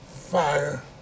fire